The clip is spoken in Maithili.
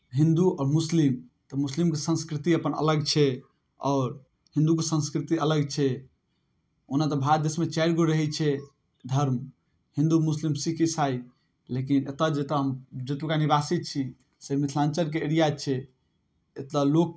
हिन्दू आओर मुस्लिम तऽ मुस्लिमके संस्कृति अपन अलग छै आओर हिन्दूके संस्कृति अलग छै ओना तऽ भारत देशमे चारिगो रहै छै धर्म हिन्दू मुस्लिम सिक्ख ईसाई लेकिन एतय जतय हम जतुक्का निवासी छी से मिथिलाञ्चलके एरिया छै एतय लोक